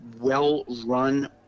well-run